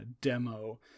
demo